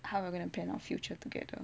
how we're going to pan our future together